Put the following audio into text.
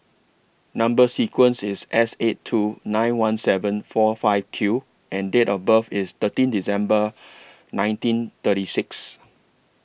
Number sequence IS S eight two nine one seven four five Q and Date of birth IS thirteen December nineteen thirty six